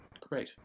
Great